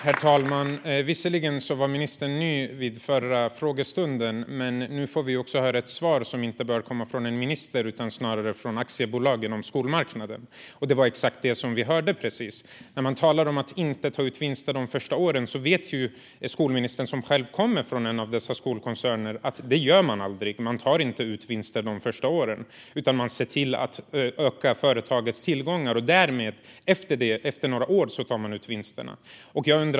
Herr talman! Visserligen var ministern ny vid förra frågestunden, men nu fick vi höra ett svar som inte bör komma från en minister utan snarare från ett aktiebolag inom skolmarknaden. Det var exakt vad vi hörde. När man talar om att inte ta ut vinster de första åren vet skolministern, som själv kommer från en av dessa skolkoncerner, att man aldrig gör det. Man tar inte ut vinster de första åren, utan man ser till att öka företagets tillgångar. Efter några år tar man ut vinsterna.